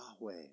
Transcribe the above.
Yahweh